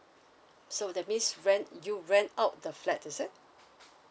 so that means rent you rent out the flat is it